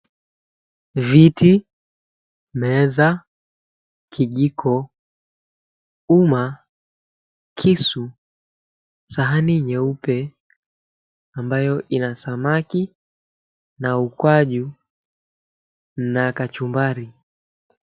Viti, meza, kijiko, uma , kisu, sahani nyeue ambayo ina samaki, na ukwaju na kachumbari.